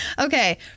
Okay